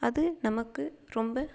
அது நமக்கு ரொம்ப